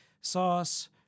sauce